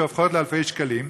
שהופכים לאלפי שקלים.